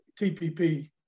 TPP